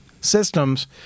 systems